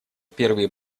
первые